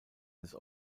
des